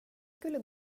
skulle